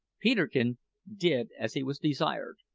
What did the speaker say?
peterkin did as he was desired,